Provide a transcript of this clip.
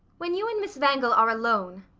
when you and miss wangel are alone,